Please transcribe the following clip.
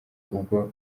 ubwo